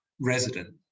resident